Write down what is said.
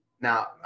Now